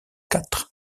quatre